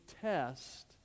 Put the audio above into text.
test